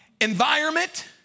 environment